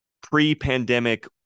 pre-pandemic